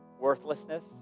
worthlessness